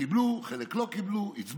קיבלו, חלק לא קיבלו, הצבענו,